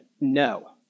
No